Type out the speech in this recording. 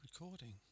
recording